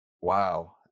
wow